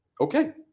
Okay